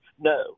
No